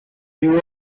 you